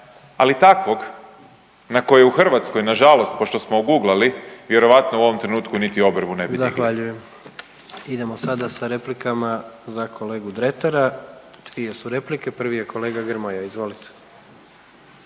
ali takvog na koji u Hrvatskoj na žalost pošto smo oguglali vjerojatno u ovom trenutku niti obrvu ne bi dignuo. **Jandroković, Gordan (HDZ)** Zahvaljujem. Idemo sada sa replikama za kolegu Dretara. Dvije su replike, prvi je kolega Grmoja. Izvolite.